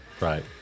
Right